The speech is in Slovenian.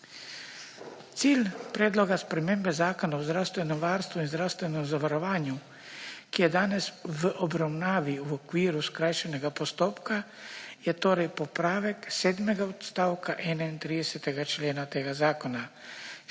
Cilj predloga spremembe Zakona o zdravstvenem varstvu in zdravstvenem zavarovanju, ki je danes v obravnavi v okviru skrajšanega postopka, je torej popravek sedmega odstavka 31. člena tega zakona,